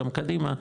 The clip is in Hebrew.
גם קדימה,